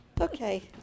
Okay